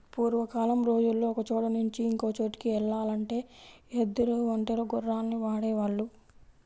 పూర్వకాలం రోజుల్లో ఒకచోట నుంచి ఇంకో చోటుకి యెల్లాలంటే ఎద్దులు, ఒంటెలు, గుర్రాల్ని వాడేవాళ్ళు